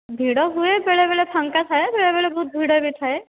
ଭିଡ଼ ହୁଏ ବେଳେ ବେଳେ ଫାଙ୍କା ଥାଏ ବେଳେ ବେଳେ ବହୁତ ଭିଡ଼ ବି ଥାଏ